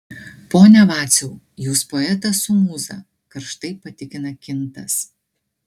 pone vaciau jūs poetas su mūza karštai patikina kintas